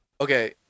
Okay